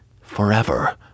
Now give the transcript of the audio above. forever